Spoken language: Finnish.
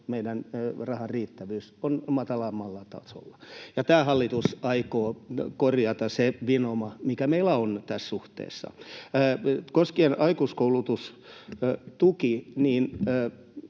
meidän rahan riittävyys on matalammalla tasolla, ja tämä hallitus aikoo korjata sen vinouman, mikä meillä on tässä suhteessa. Koskien aikuiskoulutustukea